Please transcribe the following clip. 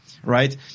Right